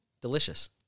Delicious